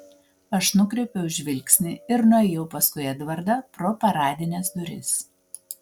aš nukreipiau žvilgsnį ir nuėjau paskui edvardą pro paradines duris